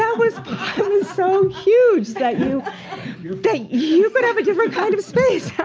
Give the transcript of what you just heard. ah was so huge, that you you you could have a different kind of space.